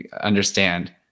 understand